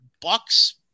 Bucks